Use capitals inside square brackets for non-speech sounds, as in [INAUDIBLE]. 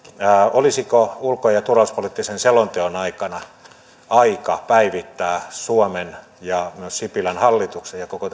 olisiko ulko ja turvallisuuspoliittisen selonteon aikana aika päivittää suomen ja myös sipilän hallituksen ja koko [UNINTELLIGIBLE]